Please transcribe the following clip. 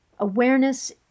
Awareness